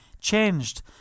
changed